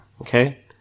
okay